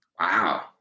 Wow